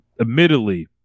admittedly